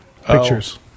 pictures